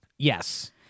Yes